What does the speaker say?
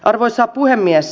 arvoisa puhemies